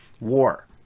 war